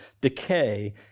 decay